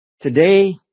Today